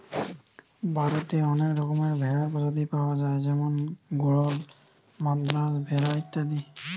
ভারতে অনেক রকমের ভেড়ার প্রজাতি পায়া যায় যেমন গরল, মাদ্রাজ ভেড়া ইত্যাদি